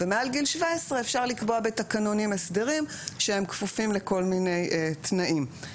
ומעל גיל 17 אפשר לקבוע בתקנונים הסדרים שהם כפופים לכל מיני תנאים.